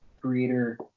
creator